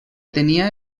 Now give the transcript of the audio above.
tenia